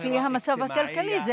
לפי המצב הכלכלי.